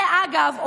אגב,